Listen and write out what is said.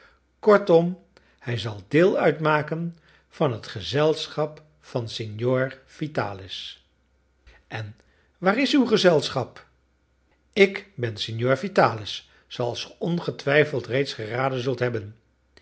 kortom hij zal deel uitmaken van het gezelschap van signor vitalis en waar is uw gezelschap ik ben signor vitalis zooals ge ongetwijfeld reeds geraden zult hebben